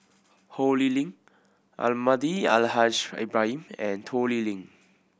Ho Lee Ling Almahdi Al Haj Ibrahim and Toh Liying